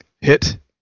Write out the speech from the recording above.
hit